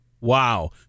Wow